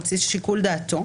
על בסיס שיקול דעתו,